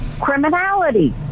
criminality